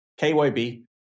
KYB